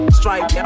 strike